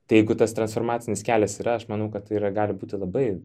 tai jeigu tas transformacinis kelias yra aš manau kad tai yra gali būti labai